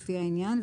לפי העניין,